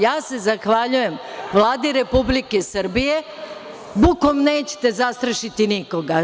Ja se zahvaljujem Vladi Republike Srbije, bukom nećete zastrašiti nikoga.